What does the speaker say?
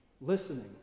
listening